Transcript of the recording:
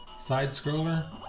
side-scroller